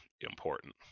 important